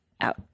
out